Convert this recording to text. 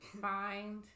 find